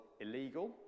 illegal